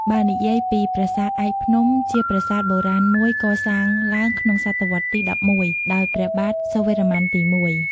បើនិយាយពីប្រាសាទឯកភ្នំជាប្រាសាទបុរាណមួយកសាងឡើងក្នុងសតវត្សរ៍ទី ១១ ដោយព្រះបាទសូរ្យវរ្ម័នទី ១។